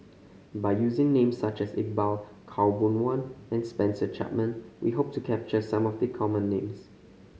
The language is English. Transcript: by using names such as Iqbal Khaw Boon Wan and Spencer Chapman we hope to capture some of the common names